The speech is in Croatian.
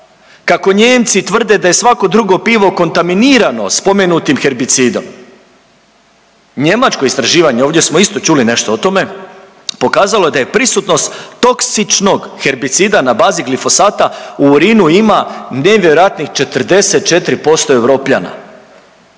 kako Nijemci tvrde da je svako drugo pivo kontaminirano spomenutim herbicidom. Njemačko istraživanje, ovdje smo isto čuli nešto o tome pokazalo je da je prisutnost toksičnog herbicida na bazi glifosata u urinu ima nevjerojatnih 44% Europljana.